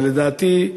ולדעתי,